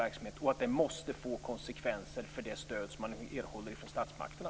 Tycker han som jag att det måste få konsekvenser för det stöd som man erhåller från statsmakterna?